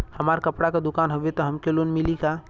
हमार कपड़ा क दुकान हउवे त हमके लोन मिली का?